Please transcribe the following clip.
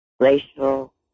Glacial